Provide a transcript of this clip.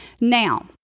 Now